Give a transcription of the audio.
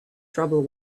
trouble